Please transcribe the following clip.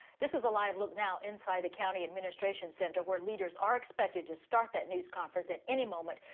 this is a live look now inside the county administration center where leaders are expected to start that news conference at any moment,